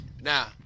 Now